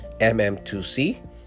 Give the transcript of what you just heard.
mm2c